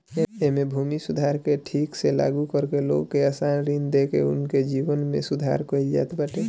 एमे भूमि सुधार के ठीक से लागू करके लोग के आसान ऋण देके उनके जीवन में सुधार कईल जात बाटे